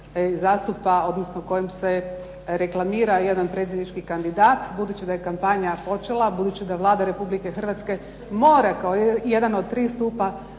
zastupa, odnosno kojim se reklamira jedan predsjednički kandidat, budući da je kampanja počela, budući da Vlada Republike Hrvatske mora kao jedan od tri stupa